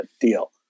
deal